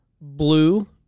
Blue